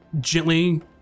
gently